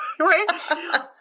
Right